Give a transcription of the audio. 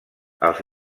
els